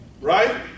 Right